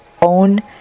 own